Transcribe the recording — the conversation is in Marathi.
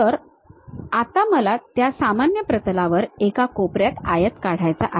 तर आता मला त्या सामान्य प्रतलावर एका कोपऱ्यात आयत काढायचा आहे